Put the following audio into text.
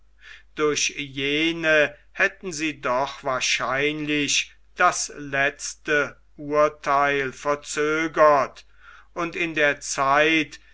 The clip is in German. durch jene hätten sie doch wahrscheinlich das letzte urtheil verzögert und in der zeit